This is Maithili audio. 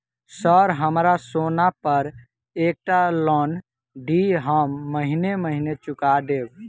सर हमरा सोना पर एकटा लोन दिऽ हम महीने महीने चुका देब?